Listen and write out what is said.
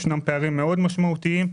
ישנם פערים מאוד משמעותיים.